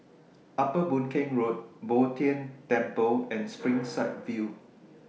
Upper Boon Keng Road Bo Tien Temple and Springside View